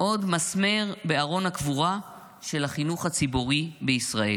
עוד מסמר בארון הקבורה של החינוך הציבורי בישראל.